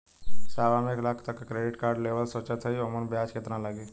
साहब हम एक लाख तक क क्रेडिट कार्ड लेवल सोचत हई ओमन ब्याज कितना लागि?